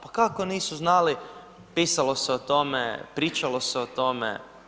Pa kako nisu znali, pisalo se o tome, pričalo se o tome.